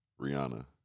Rihanna